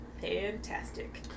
fantastic